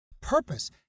purpose